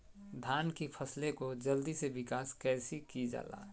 धान की फसलें को जल्दी से विकास कैसी कि जाला?